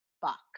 fuck